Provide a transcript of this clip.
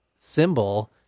symbol